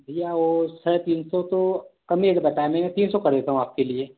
भैया वह साढ़े तीन तो कम ही है बताने में तीन सौ कर देता हूँ आपके लिए